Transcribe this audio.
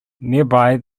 nearby